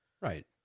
Right